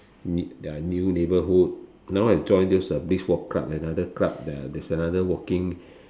new ya new neighborhood now I join this brisk walk club another club there's another walking